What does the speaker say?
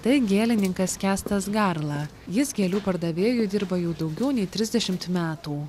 tai gėlininkas kęstas garla jis gėlių pardavėjui dirba jau daugiau nei trisdešimt metų